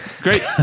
great